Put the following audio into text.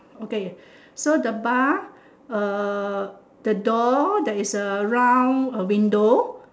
okay so the bar uh the door there is a round window